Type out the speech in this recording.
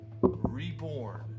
reborn